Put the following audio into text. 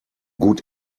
gut